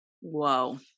Whoa